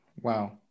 Wow